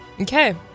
Okay